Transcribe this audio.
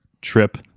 trip